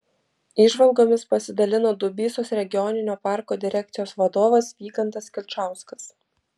įžvalgomis pasidalino dubysos regioninio parko direkcijos vadovas vygantas kilčauskas